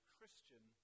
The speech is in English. Christian